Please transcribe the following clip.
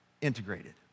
integrated